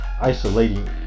isolating